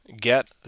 get